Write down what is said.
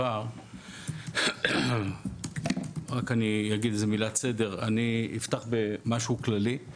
אני רק אגיד את הסדר, אני אפתח במשהו כללי,